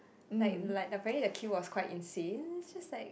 like like apparently the queue was quite insane it's just like